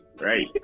right